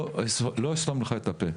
לא אסתום לך את הפה,